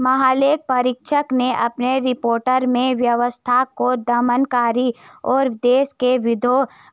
महालेखा परीक्षक ने अपनी रिपोर्ट में व्यवस्था को दमनकारी और देश के वैध